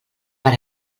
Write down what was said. per